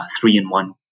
three-in-one